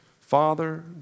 father